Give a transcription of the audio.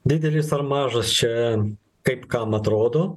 didelis ar mažas čia kaip kam atrodo